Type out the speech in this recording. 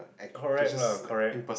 correct lah correct